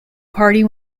party